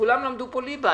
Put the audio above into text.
כולם למדו כאן ליבה,